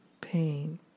pain